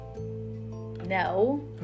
No